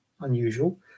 unusual